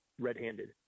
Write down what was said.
red-handed